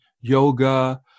yoga